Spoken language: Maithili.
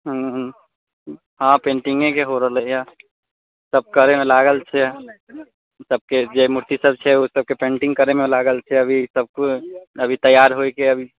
हुँ हुँ हँ पेन्टिंगेके हो रहलै हऽ सभ करैमे लागल छै सभके जे मूर्ति सभ छै ओ सभके पेन्टिंग करैमे लागल छै अभी सभ कोइ अभी तैयार होइके अभी